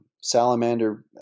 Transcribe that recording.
salamander